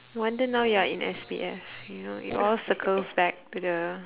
no wonder now you are in S_P_F you know it all circles back to the